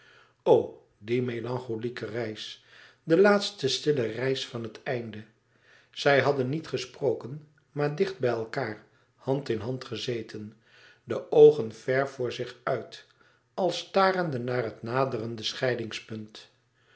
de melancholieke reis de laatste stille reis van het einde zij hadden niet gesproken maar dicht bij elkaâr hand in hand gezeten de oogen ver voor zich uit als starende naar het naderende scheidingspunt